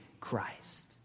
Christ